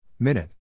Minute